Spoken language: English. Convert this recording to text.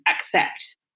accept